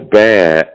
bad